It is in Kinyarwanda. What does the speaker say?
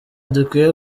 dukwiye